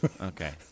Okay